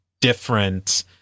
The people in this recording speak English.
different